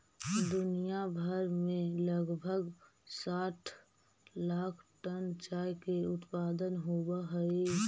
दुनिया भर में लगभग साठ लाख टन चाय के उत्पादन होब हई